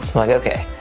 like ok,